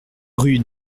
rue